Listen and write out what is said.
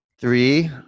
three